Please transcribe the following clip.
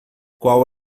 qual